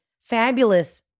fabulous